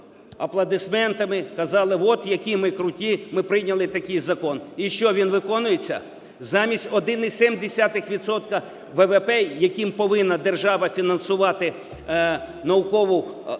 аплодисментами казали, от які ми круті, ми прийняли такий закон. І що, він виконується? Замість 1,7 відсотка ВВП, яким повинна держава фінансувати науково-дослідну